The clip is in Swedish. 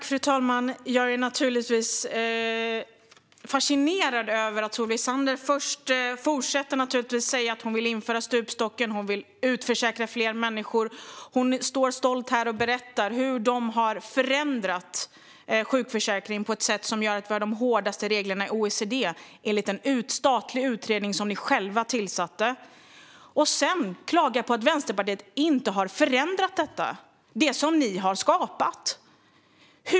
Fru talman! Jag är naturligtvis fascinerad över att Solveig Zander fortsätter att säga att hon vill införa stupstocken och att hon vill utförsäkra fler människor. Hon berättar här stolt hur de har förändrat sjukförsäkringen på ett sätt som gör att vi har de hårdaste reglerna i OECD, enligt en statlig utredning som ni själva tillsatte. Sedan klagar Solveig Zander på att Vänsterpartiet inte har förändrat det som ni har skapat.